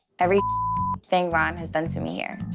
every thing ron has done to me here.